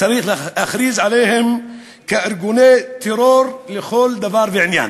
צריך להכריז עליהם כארגוני טרור לכל דבר ועניין,